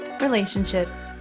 relationships